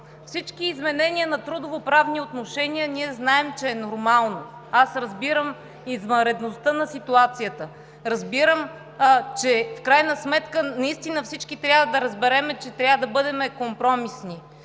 всички изменения на трудовоправни отношения, ние знаем, че е нормално. Аз разбирам извънредността на ситуацията, разбирам, че в крайна сметка наистина всички трябва да разберем, че трябва да бъдем компромисни.